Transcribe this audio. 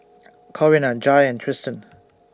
Corinna Jair and Tristan